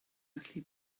allu